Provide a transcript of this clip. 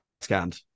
scanned